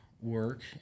Work